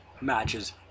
matches